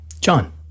John